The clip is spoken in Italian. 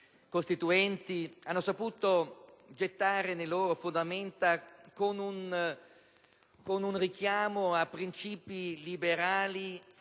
costituenti hanno saputo gettare le fondamenta con un richiamo a principi liberali e democratici